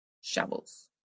shovels